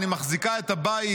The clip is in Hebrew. אני מחזיקה את הבית,